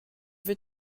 fait